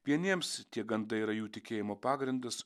vieniems tie gandai yra jų tikėjimo pagrindas